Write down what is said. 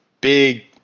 big